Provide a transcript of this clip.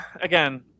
again